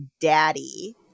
Daddy